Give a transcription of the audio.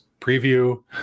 preview